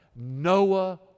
Noah